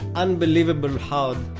unbelievable hard